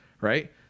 right